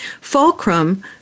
Fulcrum